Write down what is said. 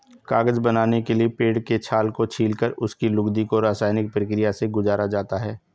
कागज बनाने के लिए पेड़ के छाल को छीलकर उसकी लुगदी को रसायनिक प्रक्रिया से गुजारा जाता है